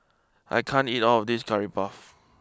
I can't eat all of this Curry Puff